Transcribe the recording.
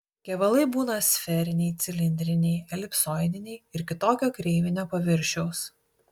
kevalai būna sferiniai cilindriniai elipsoidiniai ir kitokio kreivinio paviršiaus